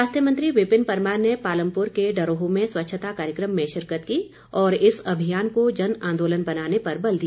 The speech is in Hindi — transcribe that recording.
स्वास्थ्य मंत्री विपिन परमार ने पालमपुर के डरोह में स्वच्छता कार्यक्रम में शिरकत की और इस अभियान को जन आंदोलन बनाने पर बल दिया